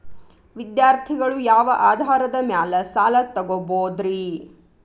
ವಿದ್ಯಾರ್ಥಿಗಳು ಯಾವ ಆಧಾರದ ಮ್ಯಾಲ ಸಾಲ ತಗೋಬೋದ್ರಿ?